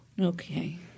Okay